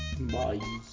Bye